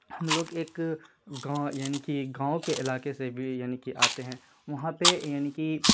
ہم لوگ ایک گاؤں یعنی کہ گاؤں کے علاقے سے بھی یعنی کہ آتے ہیں وہاں پہ یعنی کہ